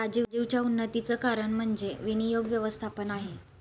राजीवच्या उन्नतीचं कारण म्हणजे विनियोग व्यवस्थापन आहे